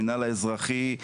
המינהל האזרחי.